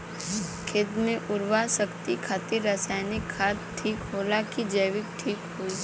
खेत के उरवरा शक्ति खातिर रसायानिक खाद ठीक होला कि जैविक़ ठीक होई?